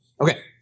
Okay